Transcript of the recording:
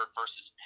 versus